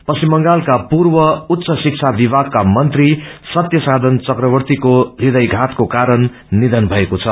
पश्चिम बंगालका पूर्व उच्च शिक्षा विभागका मन्त्री सत्यसायन चकवर्तीको हृदयधातको कारण नियन भएको छ